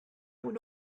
would